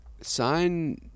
sign